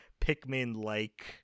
Pikmin-like